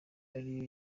ariyo